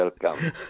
welcome